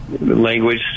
language